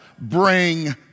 bring